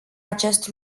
acest